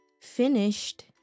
finished